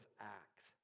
Acts